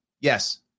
Yes